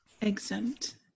Exempt